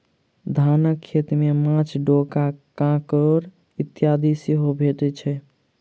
धानक खेत मे माँछ, डोका, काँकोड़ इत्यादि सेहो भेटैत छै